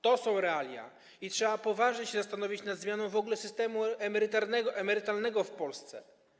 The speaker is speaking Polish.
To są realia i trzeba poważnie się zastanowić nad zmianą w ogóle systemu emerytalnego w Polsce.